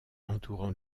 entourant